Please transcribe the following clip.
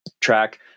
track